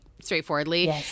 straightforwardly